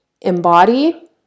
embody